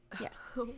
Yes